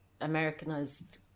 Americanized